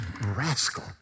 rascal